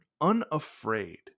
unafraid